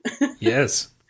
yes